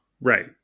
Right